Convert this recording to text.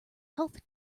health